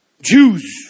Jews